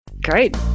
great